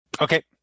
Okay